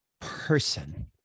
person